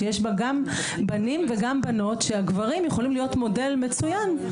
שיש בה בנים וגם בנות והגברים יכולים להיות מודל מצוין.